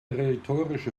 rhetorische